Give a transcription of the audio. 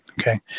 Okay